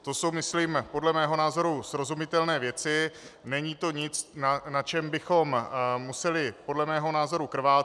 To jsou podle mého názoru srozumitelné věci, není to nic, na čem bychom museli podle mého názoru krvácet.